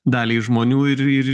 daliai žmonių ir ir